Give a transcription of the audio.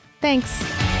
Thanks